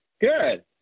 Good